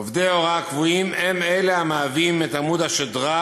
עובדי הוראה קבועים הם עמוד השדרה